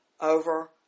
over